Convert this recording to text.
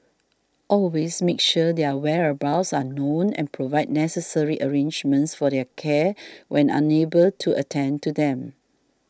always make sure their whereabouts are known and provide necessary arrangements for their care when unable to attend to them